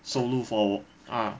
收入 for 我 ah